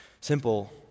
Simple